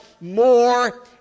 more